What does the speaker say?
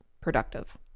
productive